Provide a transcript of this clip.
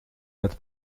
met